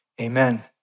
Amen